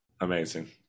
amazing